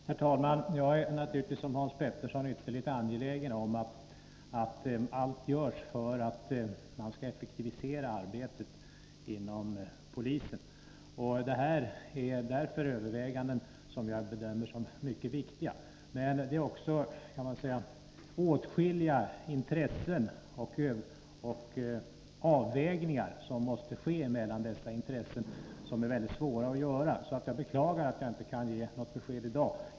Herr talman! Jag är naturligtvis, liksom Hans Petersson i Röstånga, ytterligt angelägen om att allt görs för att effektivisera arbetet inom polisen. Det här gäller därför överväganden som jag bedömer vara mycket viktiga. Men frågan berör åtskilliga intressen, och man måste göra svåra avvägningar mellan dessa intressen. Jag beklagar att jag inte kan ge något besked i dag.